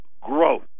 growth